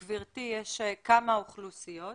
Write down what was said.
גברתי, יש כמה אוכלוסיות.